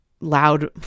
loud